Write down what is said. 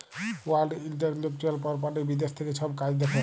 world intellectual property বিদ্যাশ থ্যাকে ছব কাজ দ্যাখে